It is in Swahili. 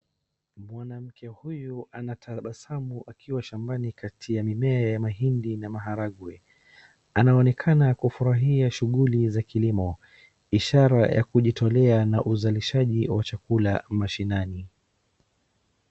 Mwanamke huyu anatabasamu akiwa shambani kati ya mimea ya mahindi na maharagwe, anaonekana kufurahia shughuli za kilimo, ishara ya kujitolea na uzalishaji wa chakula mashinani.